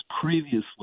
previously